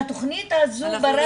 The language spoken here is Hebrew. שהתכנית הזו ברת ביצוע.